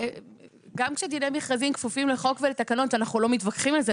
גם כשדיני מכרזים כפופים לחוק ולתקנות אנחנו לא מתווכחים על זה.